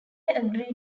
agree